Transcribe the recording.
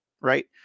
right